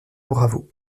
bravo